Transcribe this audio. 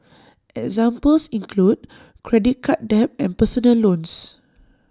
examples include credit card debt and personal loans